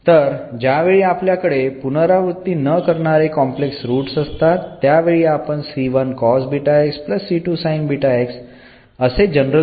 तर ज्या वेळी आपल्याकडे पुनरावृत्ती न करणारे कॉम्प्लेक्स रुट्स असतात त्या वेळी आपण असे जनरल सोल्युशन लिहितो